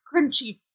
crunchy